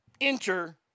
enter